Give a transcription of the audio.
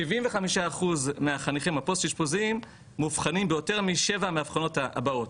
75% מהחניכים הפוסט אשפוזיים מאובחנים ביותר משבע מהאבחנות הבאות,